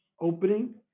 opening